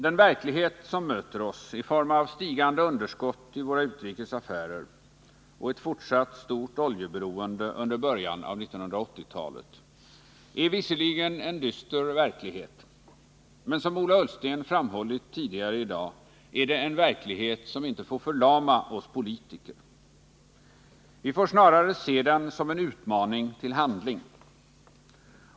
Den verklighet som möter oss i form av stigande underskott i våra utrikes affärer och ett fortsatt stort oljeberoende under början av 1980-talet är visserligen en dyster verklighet, men som Ola Ullsten framhållit tidigare i dag är det en verklighet som inte får förlama oss politiker. Vi får snarare se den som en utmaning till handling.